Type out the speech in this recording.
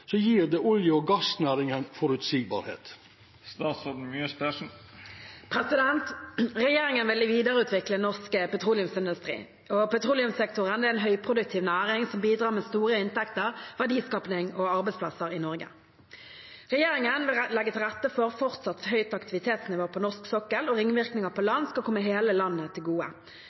så gir det olje- og gassnæringen forutsigbarhet?» Regjeringen vil videreutvikle norsk petroleumsindustri. Petroleumssektoren er en høyproduktiv næring som bidrar med store inntekter, verdiskaping og arbeidsplasser i Norge. Regjeringen vil legge til rette for fortsatt høyt aktivitetsnivå på norsk sokkel, og ringvirkninger på land skal komme hele landet til gode.